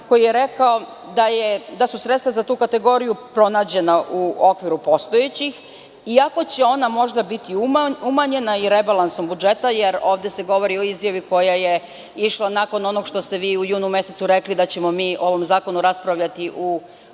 koji je rekao da su sredstva za tu kategoriju pronađena u okviru postojećih, iako će onda možda biti umanjena i rebalansom budžeta, jer ovde se govori o izjavi koja je išla nakon onoga što ste vi u junu mesecu rekli, da ćemo mi o ovom zakonu raspravljati u julu,